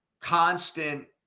constant